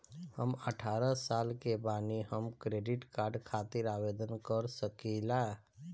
हम अठारह साल के बानी हम क्रेडिट कार्ड खातिर आवेदन कर सकीला?